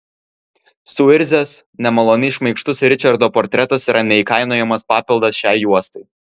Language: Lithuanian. suirzęs nemaloniai šmaikštus ričardo portretas yra neįkainojamas papildas šiai juostai